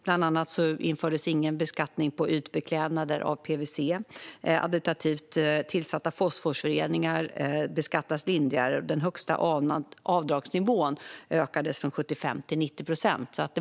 Bland annat infördes ingen beskattning på ytbeklädnader av PVC, och additivt tillsatta fosforföreningar beskattas lindrigare. Den högsta avdragsnivån ökades från 75 till 90 procent.